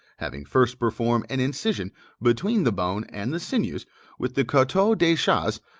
having first performed an incision between the bone and the sinews with the couteau de chasse,